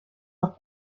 noch